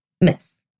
miss